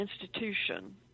institution